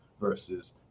versus